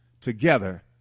together